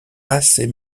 assez